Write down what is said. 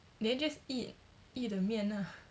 then just eat eat the 面啊